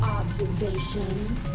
observations